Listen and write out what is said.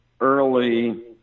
early